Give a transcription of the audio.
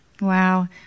Wow